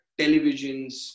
televisions